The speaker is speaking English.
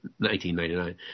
1999